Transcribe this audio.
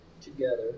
together